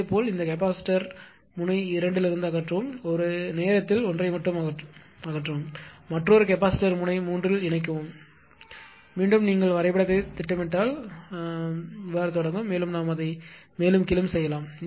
இதேபோல் இந்த கெப்பாசிட்டர்யை முனை 2 இலிருந்து அகற்றவும் ஒரு நேரத்தில் ஒன்றை மட்டும் அகற்றவும் மற்றொரு கெப்பாசிட்டர்யை முனை 3 இல் இணைக்கவும் மீண்டும் நீங்கள் வரைபடத்தைத் திட்டமிட்டால் தொடங்கும் மேலும் நாம் அதை மேலும் கீழும் செல்லலாம்